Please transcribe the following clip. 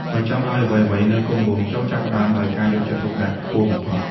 បើចង់ឱ្យអ្វីៗនៅគង់វង្ស ចូរចាប់ផ្ដើមដោយការយកចិត្តទុកដាក់ខ្ពស់បំផុត។